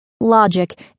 Logic